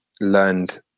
learned